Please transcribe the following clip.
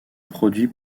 produits